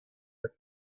but